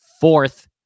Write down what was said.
fourth